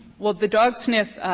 well, the dog sniffs.